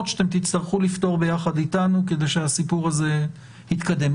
שתצטרכו לפתור ביחד אתנו כדי שהסיפור הזה יתקדם.